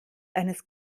eines